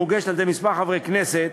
המוגשת על-ידי כמה חברי כנסת,